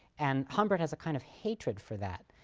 and humbert has a kind of hatred for that,